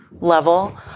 level